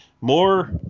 More